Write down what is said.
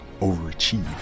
overachieve